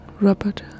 Robert